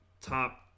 top